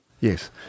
Yes